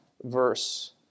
verse